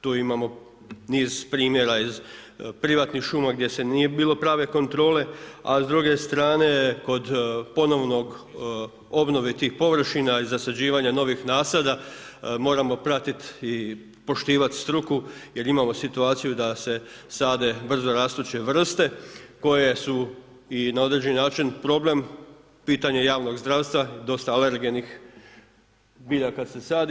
Tu imamo niz primjera iz privatnih šuma gdje nije bilo prave kontrole, a s druge strane kod ponovne obnove tih površina i zasađivanja novih nasada moramo pratit i poštivat struku jer imamo situaciju da se sade brzo rastuće vrste koje su i na određeni način problem, pitanje javnog zdravstva, dosta alergenih biljaka se sadi.